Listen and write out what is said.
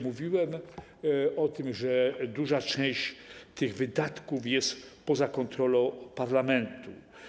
Mówiłem też o tym, że duża część tych wydatków jest poza kontrolą parlamentu.